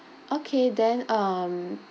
okay then um